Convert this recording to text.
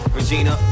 Regina